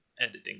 editing